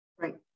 Right